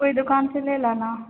ओहि दुकान से ले लऽ ने